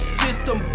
system